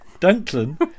Dunklin